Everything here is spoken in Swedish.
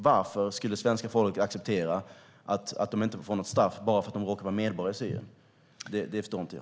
Varför skulle svenska folket acceptera att dessa personer inte får något straff bara för att de råkar vara medborgare i Syrien? Det förstår inte jag.